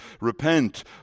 repent